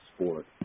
sport